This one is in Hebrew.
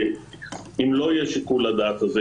אם לא יהיה שיקול הדעת הזה,